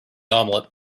omelette